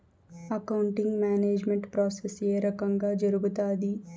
accounting management process ఏ రకంగా జరుగుతాది